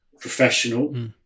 professional